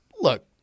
look